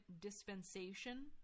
dispensation